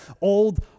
old